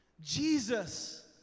Jesus